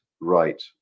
right